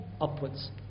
Upwards